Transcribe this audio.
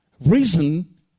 reason